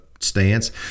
stance